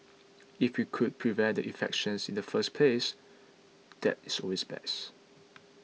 if we could prevent the infections in the first place that is always best